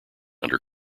under